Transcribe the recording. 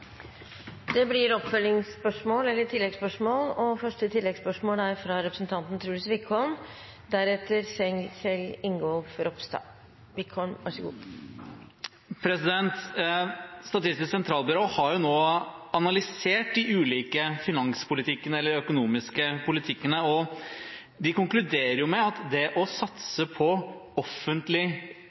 Det blir oppfølgingsspørsmål – først Truls Wickholm. Statistisk sentralbyrå har nå analysert de ulike formene for økonomisk politikk, og de konkluderer med at det å satse på